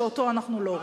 שאותו אנחנו לא רואים.